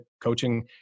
coaching